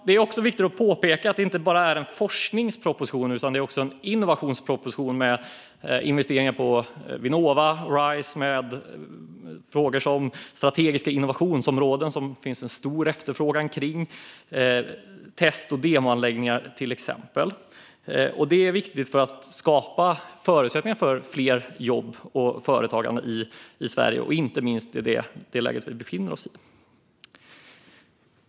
Det är viktigt att påpeka att det inte bara är en forskningsproposition utan också en innovationsproposition med investeringar i Vinnova och RISE och frågor som strategiska innovationsområden, där det finns en stor efterfrågan, och test och demoanläggningar, till exempel. Detta är viktigt för att skapa förutsättningar för fler jobb och mer företagande i Sverige, inte minst i det läge vi befinner oss i.